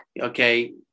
okay